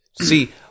See